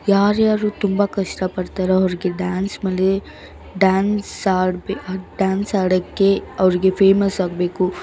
ರ್ಯಾರ್ಯಾರು ತುಂಬ ಕಷ್ಟಪಡ್ತಾರೋ ಅವ್ರಿಗೆ ಡ್ಯಾನ್ಸ್ ಮೇಲೆ ಡ್ಯಾನ್ಸ್ ಆಡ್ಬೇ ಡ್ಯಾನ್ಸ್ ಆಡೋಕ್ಕೆ ಅವ್ರಿಗೆ ಫೇಮಸ್ ಆಗಬೇಕು